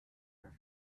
her